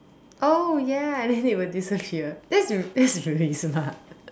oh ya and then they will disappear that's r~ that's really smart